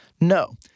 no